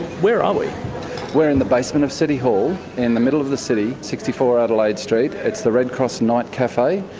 where are we? we're in the basement of city hall, in the middle of the city, sixty four adelaide st. it's the red cross night cafe.